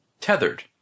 Tethered